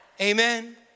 amen